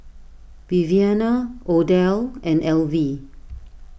Viviana Odell and Elvie